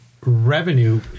revenue